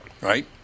Right